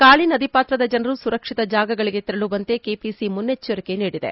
ಕಾಳಿ ನದಿ ಪಾತ್ರದ ಜನರು ಸುರಕ್ಷಿತ ಜಾಗಗಳಿಗೆ ತೆರಳುವಂತೆ ಕೆಪಿಸಿ ಮುನ್ನೆಚ್ಚರಿಕೆ ನೀಡಿದೆ